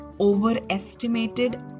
overestimated